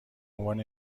عنوان